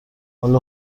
حال